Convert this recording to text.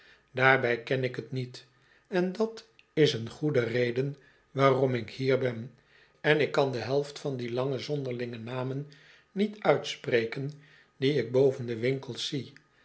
daarbij ken ik t niet en dat is een goede reden waarom ik hier ben en ik kan de helft van die lange zonderlinge namen niet uitspreken die ik boven de winkels zie